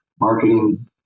marketing